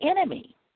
enemy